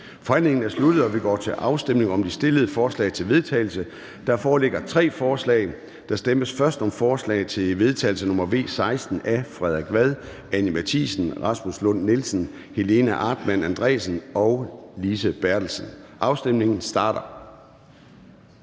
Forhandlingen er sluttet, og vi går til afstemning om de fremsatte forslag til vedtagelse. Der foreligger tre forslag. Der stemmes først om forslag til vedtagelse nr. V 16 af Frederik Vad (S), Anni Matthiesen (V), Rasmus Lund-Nielsen (M), Helena Artmann Andresen (LA) og Lise Bertelsen (KF). Afstemningen starter.